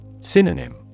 Synonym